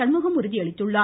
Shanmugam உறுதியளித்தள்ளார்